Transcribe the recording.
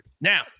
Now